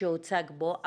שהוצג פה.